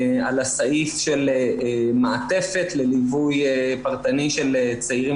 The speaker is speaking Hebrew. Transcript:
על הסעיף של מעטפת בליווי פרטני של צעירים